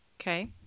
Okay